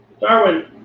Darwin